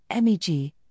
MEG